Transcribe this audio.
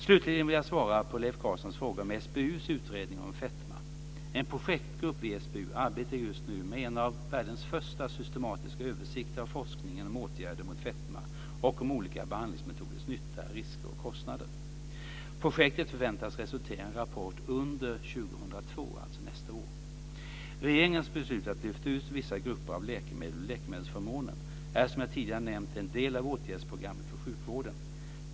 Slutligen vill jag svara på Leif Carlsons fråga om arbetar just nu med en av världens första systematiska översikter av forskningen om åtgärder mot fetma och om olika behandlingsmetoders nytta, risker och kostnader. Projektet förväntas resultera i en rapport under år 2002, alltså nästa år. Regeringens beslut att lyfta ut vissa grupper av läkemedel ur läkemedelsförmånen är som jag tidigare nämnt en del av åtgärdsprogrammet för sjukvården.